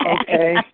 Okay